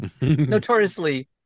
notoriously